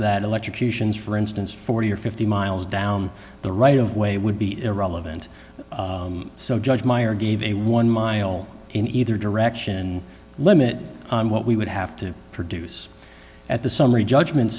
that electrocutions for instance forty or fifty miles down the right of way would be irrelevant so judge meyer gave a one mile in either direction limit what we would have to produce at the summary judgment